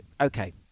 okay